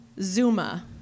Zuma